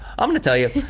i'm gonna tell you.